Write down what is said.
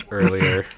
earlier